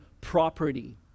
property